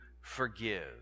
forgive